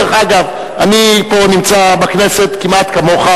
דרך אגב, אני נמצא פה בכנסת כמעט כמוך.